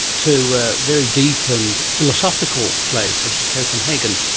to very deep and philosophical plays such as copenhagen.